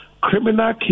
Criminal